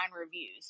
reviews